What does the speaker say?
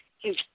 huge